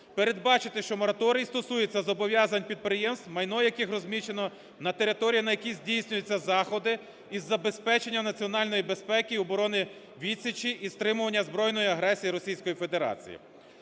передбачити, що мораторій стосується зобов'язань підприємств, майно яких розміщено на територіях, на яких здійснюються заходи із забезпечення національної безпеки і оборони, відсічі і стримування збройної агресії